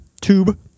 Tube